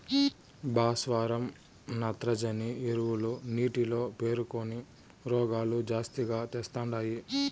భాస్వరం నత్రజని ఎరువులు నీటిలో పేరుకొని రోగాలు జాస్తిగా తెస్తండాయి